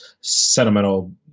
sentimental